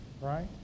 right